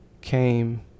came